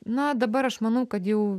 na dabar aš manau kad jau